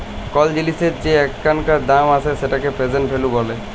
call জিলিসের যে এখানকার দাম আসে সেটিকে প্রেজেন্ট ভ্যালু ব্যলে